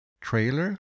trailer